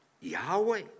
Yahweh